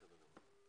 בסדר גמור.